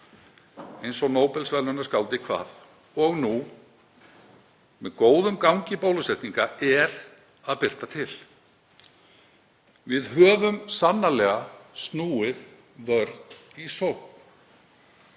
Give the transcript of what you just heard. eins og Nóbelsverðlaunaskáldið kvað. Og nú með góðum gangi bólusetninga er að birta til. Við höfum sannarlega snúið vörn í sókn.